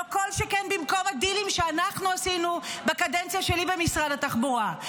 לא כל שכן במקום הדילים שאנחנו עשינו בקדנציה שלי במשרד התחבורה.